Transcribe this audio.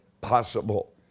possible